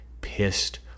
pissed